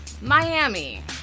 Miami